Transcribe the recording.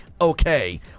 Okay